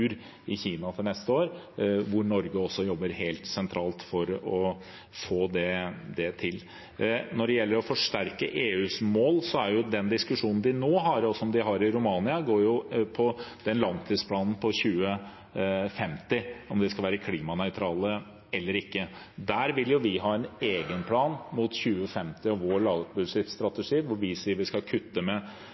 i Kina til neste år, hvor Norge også jobber helt sentralt for å få det til. Når det gjelder å forsterke EUs mål, handler den diskusjonen de nå har, og som de har i Romania, om langtidsplanen for 2050, om de skal være klimanøytrale eller ikke. Vi vil ha en egen plan mot 2050 for vår lavutslippsstrategi. Vi sier i Granavolden-plattformen at vi skal kutte klimagassutslippene med